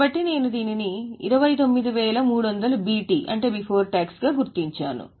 కాబట్టి నేను దీనిని 29300 BT గా గుర్తించాను